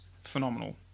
Phenomenal